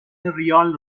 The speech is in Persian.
ریال